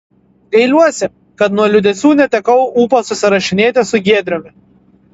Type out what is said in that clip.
gailiuosi kad nuo liūdesių netekau ūpo susirašinėti su giedriumi